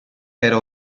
era